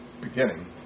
beginning